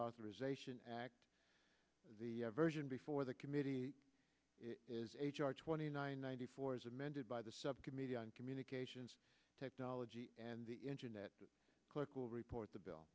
authorization act the version before the committee is h r twenty nine ninety four as amended by the subcommittee on communications technology and the internet the clerk will report the bill